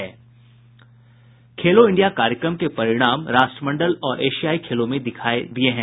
खेलो India कार्यक्रम के परिणाम राष्ट्रमंडल और एशियाई खेलों में दिखाई दिए हैं